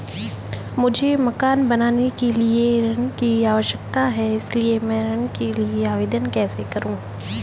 मुझे मकान बनाने के लिए ऋण की आवश्यकता है इसलिए मैं ऋण के लिए आवेदन कैसे करूं?